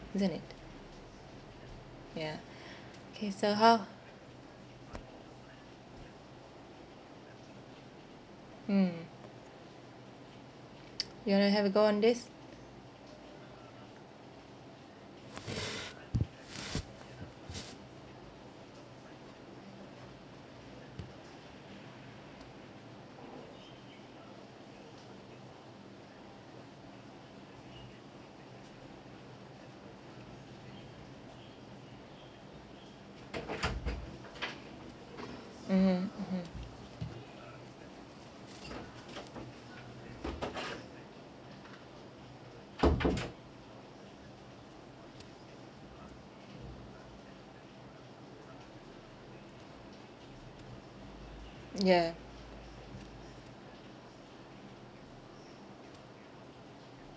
isn't it yeah kay so how mm you want to have a go on this mmhmm mmhmm ya